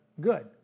good